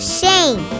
shame